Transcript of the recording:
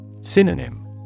Synonym